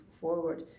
forward